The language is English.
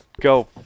Go